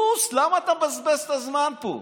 טוס, למה אתה מבזבז את הזמן פה?